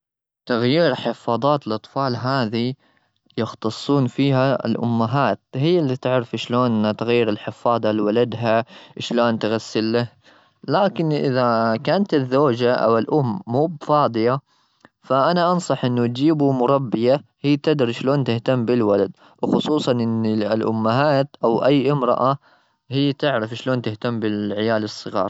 تغيير حفاضات الأطفال هذي يختصون فيها الأمهات. هي اللي تعرف شلون تغير الحفاضة لولدها، شلون تغسل له. لكن إذا كانت الزوجة أو الأم مو بفاضية، فأنا أنصح إنه يجيبوا مربية. هي تدري شلون تهتم بالولد. وخصوصا إن الأمهات أو أي امرأة هي اللي تعرف شلون تهتم بالعيال الصغار.